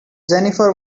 jennifer